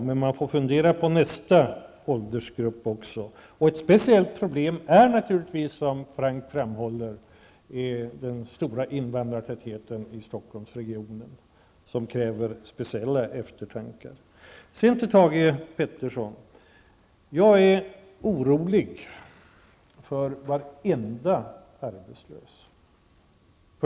Men man får fundera över nästa åldersgrupp också i det här avseendet. Ett speciellt problem är naturligtvis, som Hans Göran Franck framhöll, den stora invandrartätheten i Stockholmsregionen, som kräver speciell eftertanke. Sedan några ord till Thage Peterson. Jag är orolig för varenda arbetslös.